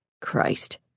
Christ